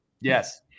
Yes